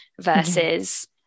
versus